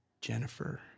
Jennifer